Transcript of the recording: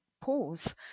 pause